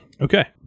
Okay